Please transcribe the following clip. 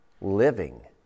living